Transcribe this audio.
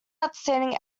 outstanding